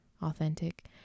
authentic